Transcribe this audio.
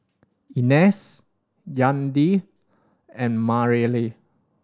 Inez Yadiel and Marely